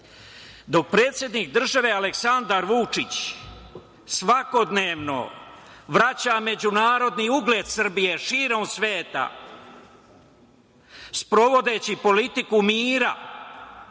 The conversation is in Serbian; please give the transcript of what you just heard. predsednik države Aleksandar Vučić, svakodnevno vraća međunarodni ugled Srbije širom sveta, sprovodeći politiku mira,